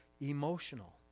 emotional